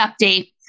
update